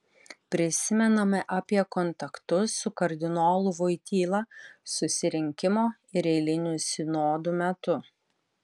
prisimenama apie kontaktus su kardinolu voityla susirinkimo ir eilinių sinodų metu